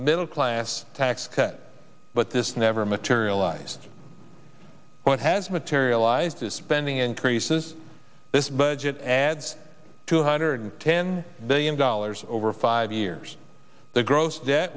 middle class tax cut but this never materialized what has materialized this spending increases this budget adds two hundred ten billion dollars over five years the gross